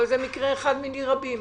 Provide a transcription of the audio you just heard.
אבל זה מקרה אחד מיני רבים.